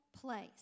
place